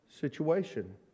situation